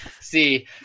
See